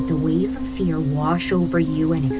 the wave of fear wash over you and